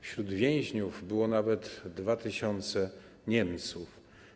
Wśród więźniów były nawet 2 tys. Niemców.